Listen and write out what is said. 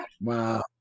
wow